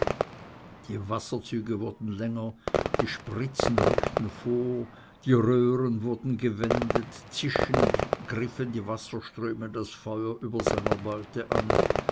die wasserzüge wurden länger die spritzen rückten vor die röhren wurden gewendet zischend griffen die wasserströme das feuer über seiner beute an